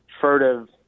furtive